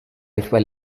fell